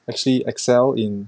actually excel in